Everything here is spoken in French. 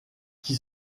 qui